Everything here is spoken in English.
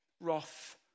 wrath